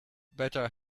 better